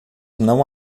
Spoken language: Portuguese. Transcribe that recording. não